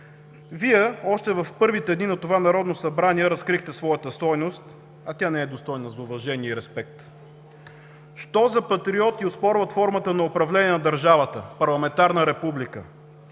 Вие още в първите дни на това Народно събрание разкрихте своята стойност, а тя не е достойна за уважение и респект. Що за патриоти оспорват формата на управление на държавата – парламентарна република?